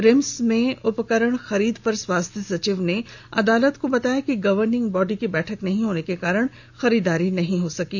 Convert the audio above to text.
RIMS में उपकरण खरीद पर स्वास्थ्य सचिव ने अदालत को बताया कि गवर्निंग बॉडी की बैठक नहीं होने के कारण खरीदारी नहीं हो पायी